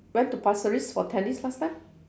went to pasir ris for tennis last time